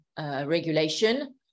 regulation